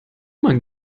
man